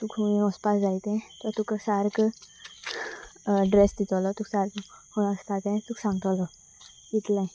तुका खंय वचपाक जाय तें तो तुका सारको अड्रेस दितलो तुका सारकें खंय वचपा तें तुका सांगतलो इतलें